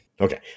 Okay